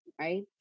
right